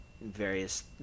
various